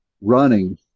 running